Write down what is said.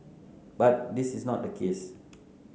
but this is not the case